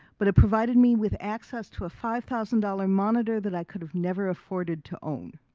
but it provided me with access to a five thousand dollars monitor that i could have never afforded to own.